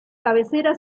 cabecera